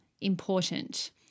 important